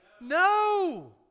no